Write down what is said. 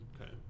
Okay